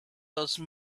those